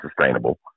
sustainable